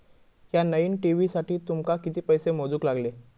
या नईन टी.व्ही साठी तुमका किती पैसे मोजूक लागले?